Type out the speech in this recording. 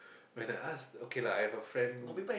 when I ask okay lah I have a friend